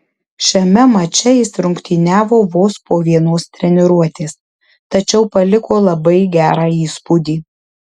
šiame mače jis rungtyniavo vos po vienos treniruotės tačiau paliko labai gerą įspūdį